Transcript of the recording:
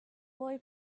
boy